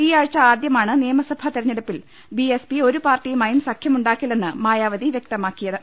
ഈയാഴ്ച ആദ്യമാണ് നിയമസഭാ തെരഞ്ഞെടുപ്പിൽ ബി എസ് പി ഒരു പാർട്ടിയുമായും സഖ്യമുണ്ടാക്കില്ലെന്ന് മായാവതി വ്യക്ത മാക്കിയത്